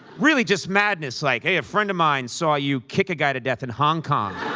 really, just madness, like, hey, a friend of mine saw you kick a guy to death in hong kong.